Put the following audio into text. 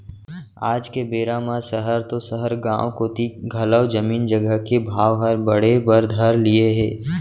आज के बेरा म सहर तो सहर गॉंव कोती घलौ जमीन जघा के भाव हर बढ़े बर धर लिये हे